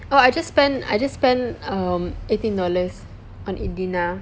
oh I just spent I just spent um eighteen dollar on indina